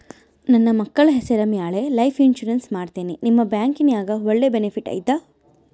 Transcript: ನನ್ನ ಮಕ್ಕಳ ಹೆಸರ ಮ್ಯಾಲೆ ಲೈಫ್ ಇನ್ಸೂರೆನ್ಸ್ ಮಾಡತೇನಿ ನಿಮ್ಮ ಬ್ಯಾಂಕಿನ್ಯಾಗ ಒಳ್ಳೆ ಬೆನಿಫಿಟ್ ಐತಾ?